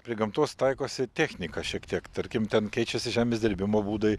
prie gamtos taikosi technika šiek tiek tarkim ten keičiasi žemės dirbimo būdai